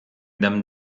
them